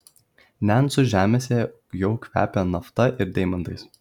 nencų žemėse jau kvepia nafta ir deimantais